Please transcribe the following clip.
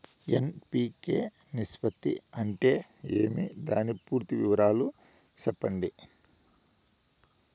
NPK నిష్పత్తి అంటే ఏమి దాని పూర్తి వివరాలు సెప్పండి?